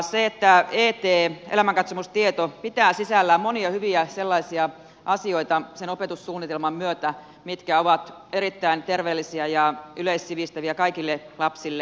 opetussuunnitelmansa myötä et elämänkatsomustieto pitää sisällään monia sellaisia hyviä asioita mitkä ovat erittäin terveellisiä ja yleissivistäviä kaikille lapsille